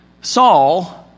Saul